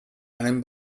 einem